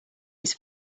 its